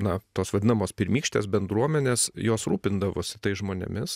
na tos vadinamos pirmykštės bendruomenės jos rūpindavosi tais žmonėmis